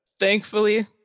Thankfully